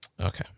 Okay